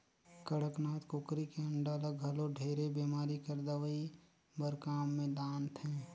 कड़कनाथ कुकरी के अंडा ल घलो ढेरे बेमारी कर दवई बर काम मे लानथे